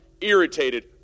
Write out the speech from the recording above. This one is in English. irritated